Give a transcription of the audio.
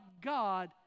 God